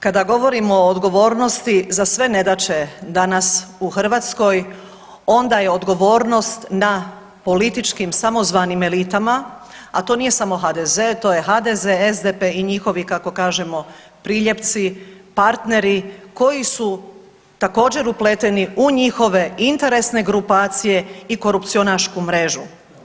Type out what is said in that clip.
Kada govorimo o odgovornosti za sve nedaće danas u Hrvatskoj, onda je odgovornost na političkim samozvanim elitama, a to nije samo HDZ, to je HDZ, SDP i njihovi, kako kažemo priljepci, partneri, koji su također, upleteni u njihove interesne grupacije i korupcionašku mrežu.